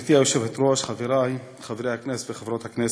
גברתי היושבת-ראש, חברי חברי הכנסת וחברות הכנסת,